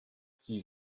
sie